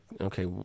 okay